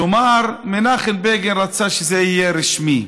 כלומר, מנחם בגין רצה שזה יהיה רשמי,